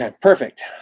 Perfect